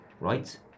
right